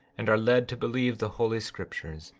and are led to believe the holy scriptures,